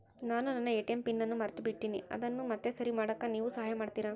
ನಾನು ನನ್ನ ATM pin ಅನ್ನು ಮರೆತುಬಿಟ್ಟೇನಿ ಅದನ್ನು ಮತ್ತೆ ಸರಿ ಮಾಡಾಕ ನೇವು ಸಹಾಯ ಮಾಡ್ತಿರಾ?